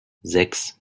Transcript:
sechs